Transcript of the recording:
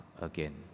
again